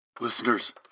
Listeners